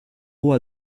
haut